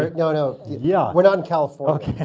but no, no, yeah we're not california. yeah,